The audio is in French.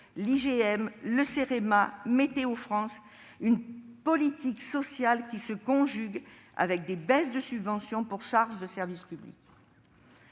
l'IGN, le Cerema, Météo-France ; une politique sociale qui se conjugue avec des baisses de subventions pour charge de service public.